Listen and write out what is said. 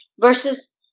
versus